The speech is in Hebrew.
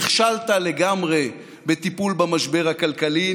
נכשלת לגמרי בטיפול במשבר הכלכלי,